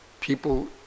people